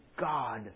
God